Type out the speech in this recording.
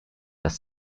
das